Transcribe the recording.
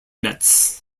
metz